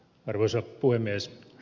arvoisa puhemies